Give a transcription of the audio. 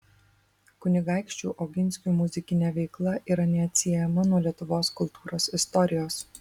kunigaikščių oginskių muzikinė veikla yra neatsiejama nuo lietuvos kultūros istorijos